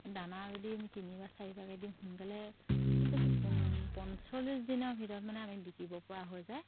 দানা যদি আমি তিনিবাৰ চাৰিবাৰকে দিওঁ সোনকালে খুব বেছি পঞ্চল্লিছ দিনৰ ভিতৰত মানে আমি বিকিব পৰা হৈ যায়